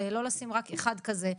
לא לשים רק אחד כזה,